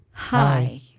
Hi